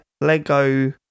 Lego